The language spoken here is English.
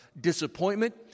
disappointment